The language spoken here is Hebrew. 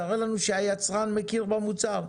תראה לנו שהיצרן מכיר במוצר.